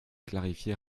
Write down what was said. clarifier